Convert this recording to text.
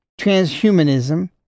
transhumanism